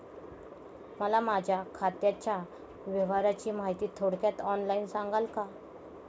मला माझ्या खात्याच्या व्यवहाराची माहिती थोडक्यात ऑनलाईन सांगाल का?